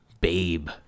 babe